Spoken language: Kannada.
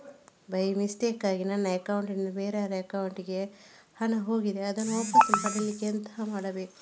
ಬೈ ಮಿಸ್ಟೇಕಾಗಿ ನನ್ನ ಅಕೌಂಟ್ ನಿಂದ ಬೇರೆಯವರ ಅಕೌಂಟ್ ಗೆ ಹಣ ಹೋಗಿದೆ ಅದನ್ನು ವಾಪಸ್ ಪಡಿಲಿಕ್ಕೆ ಎಂತ ಮಾಡಬೇಕು?